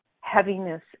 heaviness